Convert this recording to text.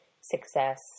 success